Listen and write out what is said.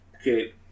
Okay